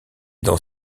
dans